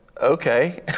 Okay